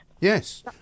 Yes